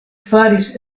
faris